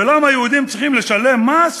ולמה יהודים צריכים לשלם מס